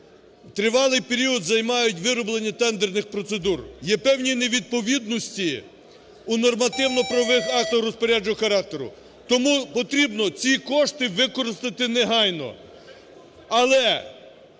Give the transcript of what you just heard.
Тривалий період займають вироблення тендерних процедур. Є певні невідповідності у нормативно-правових актах розпорядчого характеру. Тому потрібно ці кошти використати негайно,